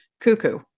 cuckoo